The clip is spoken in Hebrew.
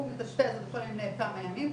הוא מתאשפז לכמה ימים,